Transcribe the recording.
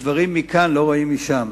שדברים שרואים מכאן לא רואים משם.